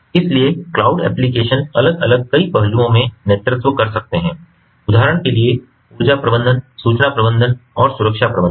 इसलिए cloud application अलग अलग कई पहलुओं में नेतृत्व कर सकते हैं उदाहरण के लिए ऊर्जा प्रबंधन सूचना प्रबंधन और सुरक्षा प्रबंधन